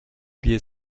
wir